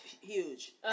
huge